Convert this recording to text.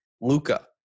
Luca